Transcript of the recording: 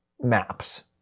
maps